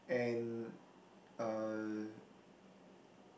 and uh